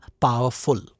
powerful